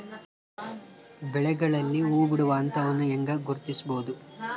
ಬೆಳೆಗಳಲ್ಲಿ ಹೂಬಿಡುವ ಹಂತವನ್ನು ಹೆಂಗ ಗುರ್ತಿಸಬೊದು?